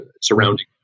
surrounding